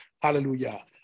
Hallelujah